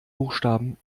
buchstaben